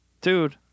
dude